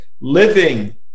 living